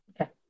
Okay